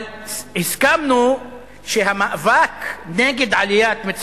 אבל הסכמנו שהמאבק נגד עליית המחירים